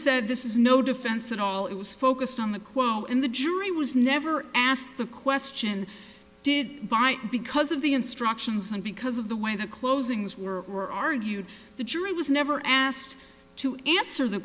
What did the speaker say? said this is no defense at all it was focused on the quo in the jury was never asked the question did by because of the instructions and because of the way the closings were argued the jury was never asked to answer the